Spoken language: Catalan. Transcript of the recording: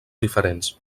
diferents